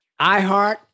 iHeart